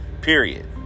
Period